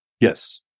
Yes